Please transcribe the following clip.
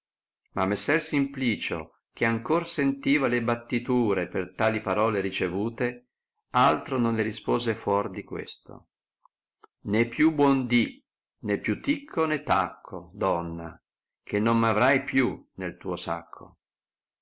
ma messer simplicio che ancor sentiva le battiture per tali parole ricevute altro non le rispose fuor di questo né più buon dì né più ticco né tacco donna che non m avrai più nel tuo sacco